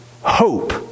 hope